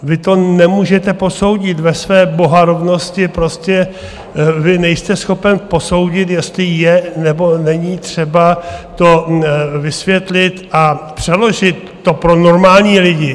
Vy to nemůžete posoudit ve své bohorovnosti, prostě vy nejste schopen posoudit, jestli je, nebo není třeba to vysvětlit a přeložit to pro normální lidi.